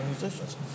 musicians